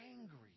angry